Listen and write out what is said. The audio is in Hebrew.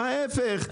ההפך.